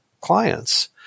clients